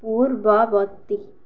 ପୂର୍ବବର୍ତ୍ତୀ